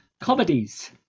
comedies